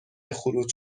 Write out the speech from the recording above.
خروج